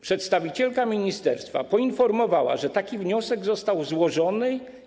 Przedstawicielka ministerstwa poinformowała, że taki wniosek został złożony.